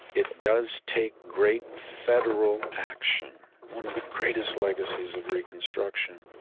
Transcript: it does take great federal action. one of the greatest legacies of reconstruction